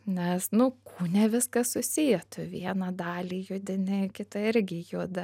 nes nu kūne viskas susiję tu vieną dalį judini kita irgi juda